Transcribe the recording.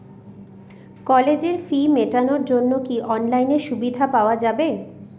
কলেজের ফি মেটানোর জন্য কি অনলাইনে সুবিধা পাওয়া যাবে?